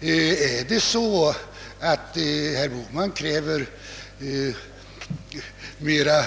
Är det så att herr Bohman kräver mer